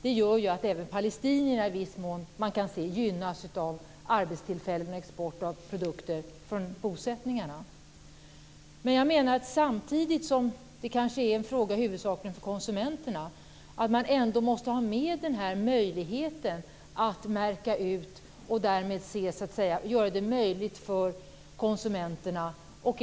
Det gör att även palestinierna i viss mån gynnas av arbetstillfällen och export av produkter från bosättningarna. Men jag menar att samtidigt som det kanske är en fråga huvudsakligen för konsumenterna måste man ändå ha med en möjlighet till märkning och därmed göra det möjligt för konsumenterna att välja.